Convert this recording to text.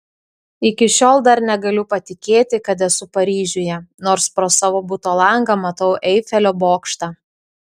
iki šiol dar negaliu patikėti kad esu paryžiuje nors pro savo buto langą matau eifelio bokštą